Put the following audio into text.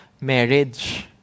marriage